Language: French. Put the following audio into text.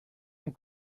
ont